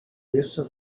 jeszcze